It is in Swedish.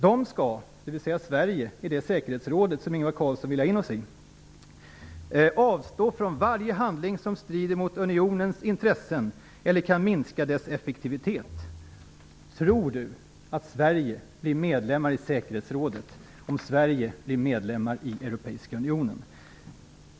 De skall - dvs. Sverige i det säkerhetsråd Ingvar Carlsson vill ha in oss i - avstå från varje handling som strider mot unionens intressen eller kan minska dess effektivitet. Tror Ingvar Carlsson att Sverige blir medlem i säkerhetsrådet om Sverige blir medlem i Europeiska unionen?